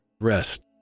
rest